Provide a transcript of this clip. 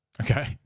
Okay